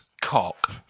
cock